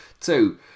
Two